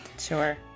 Sure